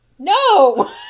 No